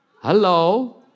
Hello